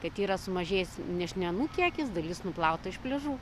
kad yra sumažėjęs nešmenų kiekis dalis nuplauta iš pliažų